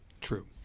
True